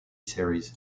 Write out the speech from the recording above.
series